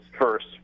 first